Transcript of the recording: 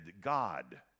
God